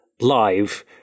live